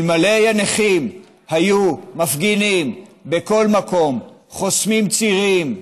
אלמלא הנכים היו מפגינים בכל מקום, חוסמים צירים,